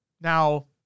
Now